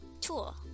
tool